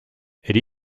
elle